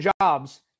Jobs